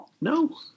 No